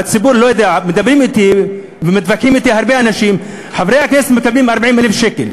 מדברים ומתווכחים אתי הרבה אנשים שחברי הכנסת מקבלים 40,000 שקל.